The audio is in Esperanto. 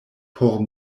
por